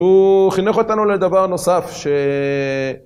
הוא חינך אותנו לדבר נוסף ש...